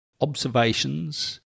observations